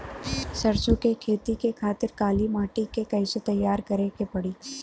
सरसो के खेती के खातिर काली माटी के कैसे तैयार करे के पड़ी?